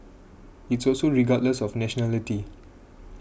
it's also regardless of nationality